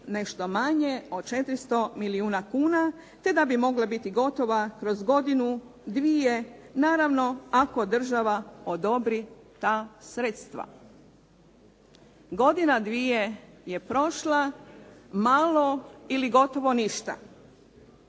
nešto manje od 400 milijuna kuna, te da bi mogla biti gotova kroz godinu, dvije naravno ako država odobri ta sredstva. Godina, dvije je prošla, malo ili gotovo ništa.